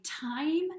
time